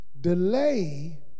delay